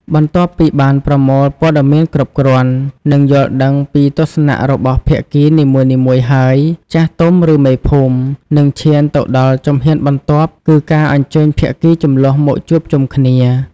បន្ទាប់ពីបានប្រមូលព័ត៌មានគ្រប់គ្រាន់ និងយល់ដឹងពីទស្សនៈរបស់ភាគីនីមួយៗហើយ ចាស់ទុំ ឬមេភូមិ នឹងឈានទៅដល់ជំហានបន្ទាប់គឺការអញ្ជើញភាគីជម្លោះមកជួបជុំគ្នា។